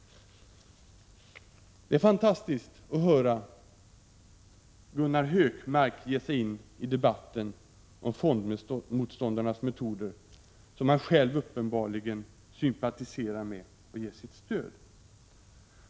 Det är fantastiskt att höra Gunnar Hökmark ge sig in i debatten om fondmotståndarnas metoder, som han själv uppenbarligen sympatiserar med och ger sitt stöd.